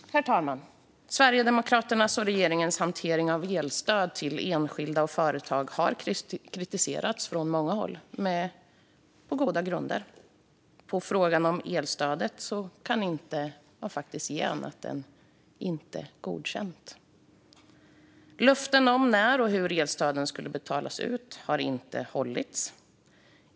Herr talman! Sverigedemokraternas och regeringens hantering av elstöd till enskilda och företag har på goda grunder kritiserats från många håll. I fråga om elstödet kan jag inte ge annat än icke godkänt. Löften om när och hur elstöden skulle betalas ut har inte hållits.